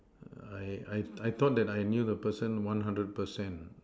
I I I thought that I had knew the person one hundred percent